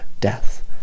death